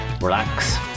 relax